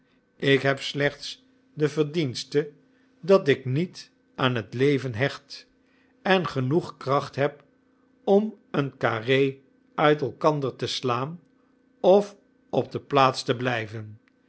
ik heb slechts de verdienste dat ik niet aan het leven hecht en genoeg kracht heb om een carré uit elkander te slaan of op de plaats te blijven